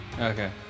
Okay